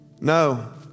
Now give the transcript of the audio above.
No